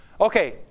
Okay